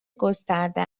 گسترده